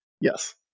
Yes